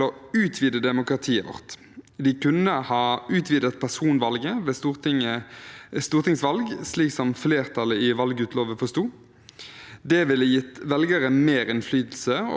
Det ville ha gitt velgerne mer innflytelse over hvem som blir valgt inn for å representere dem. Det ville regjeringen ikke gjøre. De kunne ha redusert minimumskravet til